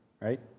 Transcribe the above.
Right